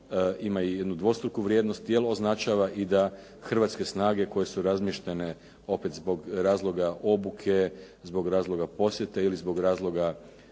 ima i jednu dvostruku vrijednost jer označava i da hrvatske snage koje su razmještene opet zbog razloga obuke, zbog razloga posjete ili zbog razloga